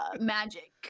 magic